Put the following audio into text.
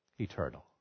eternal